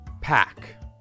pack